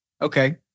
Okay